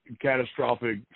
catastrophic